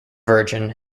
virgin